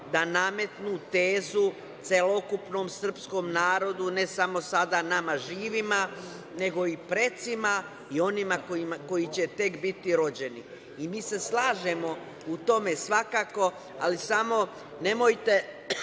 da nametnu tezu celokupnom srpskom narodu, ne samo sada nama živima, nego i precima i onima koji će tek budi rođeni. Mi se slažemo u tome svakako, ali samo nemojte